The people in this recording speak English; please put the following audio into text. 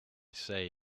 say